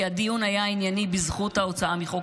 כי הדיון היה ענייני בזכות ההוצאה מחוק